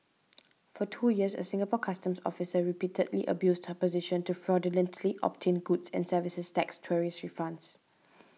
for two years a Singapore Customs officer repeatedly abused her position to fraudulently obtain goods and services tax tourist refunds